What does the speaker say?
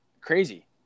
Crazy